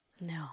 No